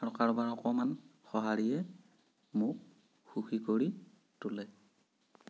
আৰু কাৰোবাৰ অকণমান সহাৰিয়ে মোক সুখী কৰি তোলে